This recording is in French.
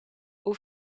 aux